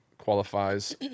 qualifies